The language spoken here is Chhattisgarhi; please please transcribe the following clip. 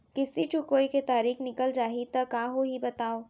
किस्ती चुकोय के तारीक निकल जाही त का होही बताव?